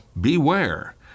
beware